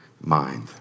mind